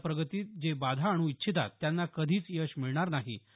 त्यांच्या प्रगतीत जे बाधा आणू इच्छितात त्यांना कधीच यश मिळणार नाही